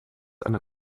einer